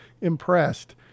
impressed